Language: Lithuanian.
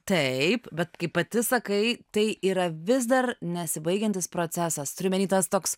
taip bet kaip pati sakai tai yra vis dar nesibaigiantis procesas turiu omeny tas toks